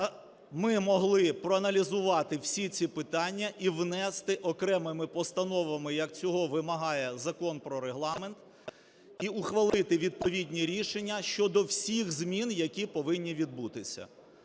ми могли проаналізувати всі ці питання і внести окремими постановами, як цього вимагає Закон про Регламент, і ухвалити відповідні рішення щодо всіх змін, які повинні відбутися.